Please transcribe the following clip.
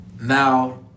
Now